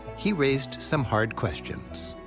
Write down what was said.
he raised some hard questions.